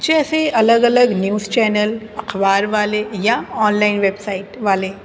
جیسے الگ الگ نیوز چینل اخبار والے یا آن لائن ویب سائٹ والے